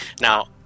Now